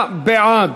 49 בעד,